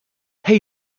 hey